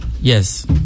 yes